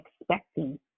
expecting